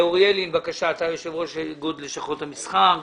אוריאל לין, בבקשה, נשיא איגוד לשכות המסחר.